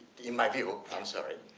in my view, i'm sorry.